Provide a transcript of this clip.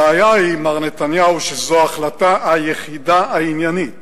הבעיה היא, מר נתניהו, שזו ההחלטה היחידה העניינית